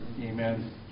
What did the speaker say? amen